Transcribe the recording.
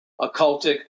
occultic